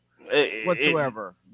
whatsoever